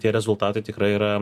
tie rezultatai tikrai yra